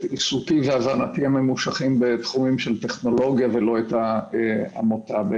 עיסוקי והבנתי בתחומים של טכנולוגיה ולא בהכרח את העמותה.